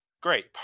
great